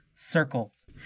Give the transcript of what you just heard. Circles